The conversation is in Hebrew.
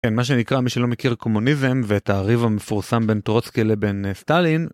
כן, מה שנקרא, מי שלא מכיר קומוניזם ואת הריב המפורסם בין טרוצקי לבין סטלין.